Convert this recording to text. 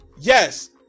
yes